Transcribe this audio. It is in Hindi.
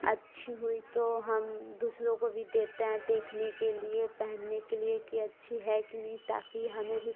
अच्छी हुई तो हम दूसरों को भी देतें हैं देखने के लिए पहनने के लिए कि अच्छी है कि नहीं ताकि हमें भी